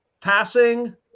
passing